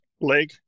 leg